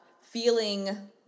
feeling